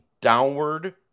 downward